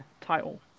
title